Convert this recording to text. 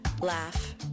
laugh